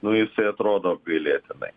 nu jisai atrodo apgailėtinai